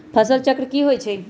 फसल चक्र की होइ छई?